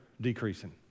decreasing